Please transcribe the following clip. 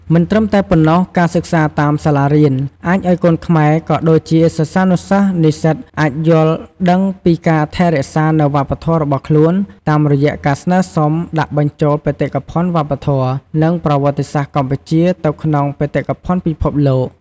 មិនត្រឹមតែប៉ុណ្ណោះ ការសិក្សាតាមសាលារៀន អាចអោយកូនខ្មែរ ក៏ដូចជាសិស្សានុសិស្ស និស្សិត អាចយល់ដឹងពីការថែរក្សានូវវប្បធម៏របស់ខ្លួន តាមរយៈការស្នើសុំដាក់បញ្ជូលបេតិកភ័ណ្ឌវប្បធម៌ និងប្រវត្តសាស្រ្តកម្ពុជាទៅក្នុងបេតិកភ័ណ្ឌពិភពលោក។